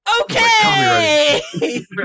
Okay